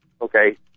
okay